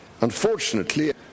Unfortunately